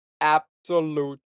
Absolute